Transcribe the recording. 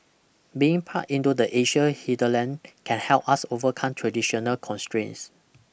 being plugged into the Asian hinterland can help us overcome traditional constraints